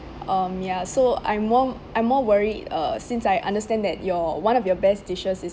um ya so I'm more I'm more worried uh since I understand that your one of your best dishes is